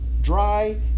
Dry